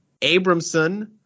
Abramson